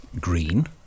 green